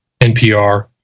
npr